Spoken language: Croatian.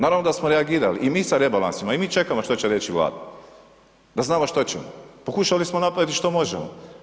Naravno da smo reagirali i mi sa rebalansima i mi čekamo što će reći Vlada da znamo što ćemo, pokušali smo napraviti što možemo.